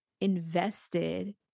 invested